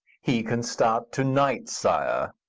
he can start to-night, sire.